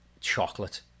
chocolate